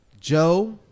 Joe